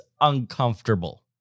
uncomfortable